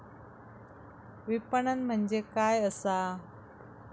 विपणन म्हणजे काय असा?